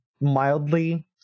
mildly